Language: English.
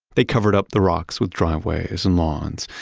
they covered up the rocks with driveways, and lawns,